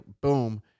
boom